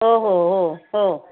हो हो हो हो